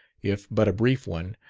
if but a brief one,